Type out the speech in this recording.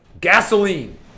Gasoline